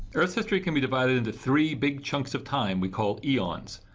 earth's history can be divided into three big chunks of time we call eons.